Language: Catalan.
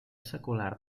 secular